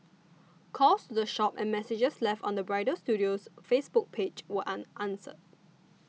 calls the shop and messages left on the bridal studio's Facebook page were unanswered